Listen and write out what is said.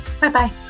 Bye-bye